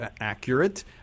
accurate